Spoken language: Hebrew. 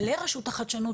לרשות לחדשנות,